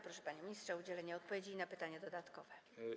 Proszę, panie ministrze, o udzielenie odpowiedzi na pytanie dodatkowe.